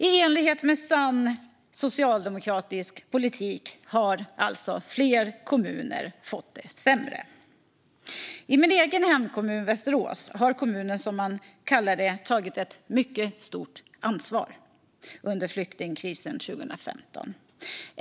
I enlighet med sann socialdemokratisk politik har alltså fler kommuner fått det sämre. Min hemkommun Västerås har, som man kallar det, tagit ett mycket stort ansvar under flyktingkrisen 2015.